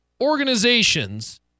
organizations